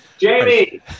Jamie